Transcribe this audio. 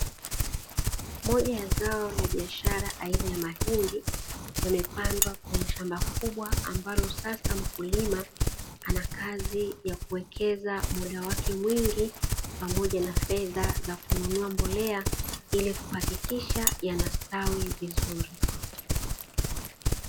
Moja ya zao la biashara aina ya mahindi yamepandwa kwenye shamba kubwa, ambalo sasa mkulima ana kazi ya kuwekeza muda wake mwingi, pamoja na fedha za kununua mbolea ili kuhakikisha yanastawi vizuri.